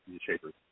shapers